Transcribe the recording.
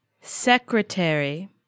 Secretary